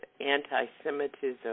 anti-Semitism